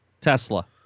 Tesla